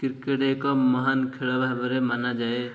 cricket ଏକ ମହାନ ଖେଳ ଭାବରେ ମନାଯାଏ